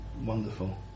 wonderful